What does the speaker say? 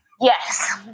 Yes